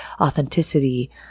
Authenticity